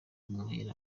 maheru